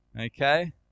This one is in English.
Okay